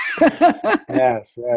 yes